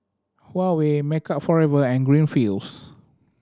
Huawei Makeup Forever and Greenfields